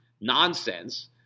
nonsense